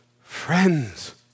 friends